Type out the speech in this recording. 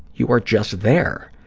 you are just there.